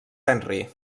henry